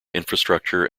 infrastructure